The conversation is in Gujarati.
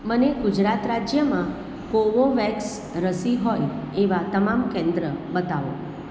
મને ગુજરાત રાજ્યમાં કોવોવેક્સ રસી હોય એવાં તમામ કેન્દ્ર બતાવો